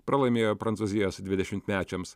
pralaimėjo prancūzijos dvidešimtmečiams